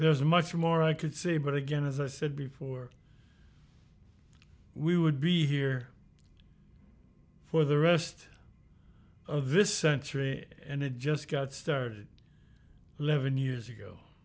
there is much more i could say but again as i said before we would be here for the rest of this century and it just got started eleven years ago